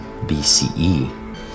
BCE